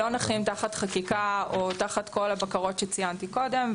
לא נחים תחת חקיקה או תחת כל הבקרות שציינתי קודם,